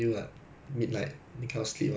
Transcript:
it's more like mugging lor